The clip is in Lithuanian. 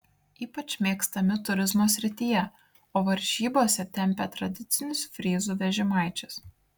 ypač mėgstami turizmo srityje o varžybose tempia tradicinius fryzų vežimaičius